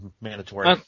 mandatory